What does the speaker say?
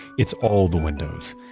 it's all the windows.